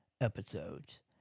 episodes